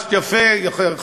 הדגשת יפה,